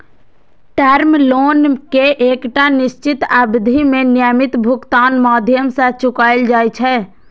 term loan कें एकटा निश्चित अवधि मे नियमित भुगतानक माध्यम सं चुकाएल जाइ छै